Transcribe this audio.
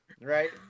right